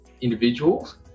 individuals